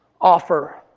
Offer